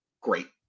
great